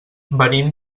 venim